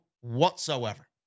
whatsoever